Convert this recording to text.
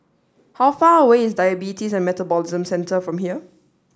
how far away is Diabetes and Metabolism Centre from here